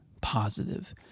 positive